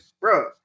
bro